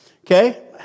okay